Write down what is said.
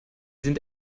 sind